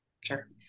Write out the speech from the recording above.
sure